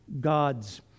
God's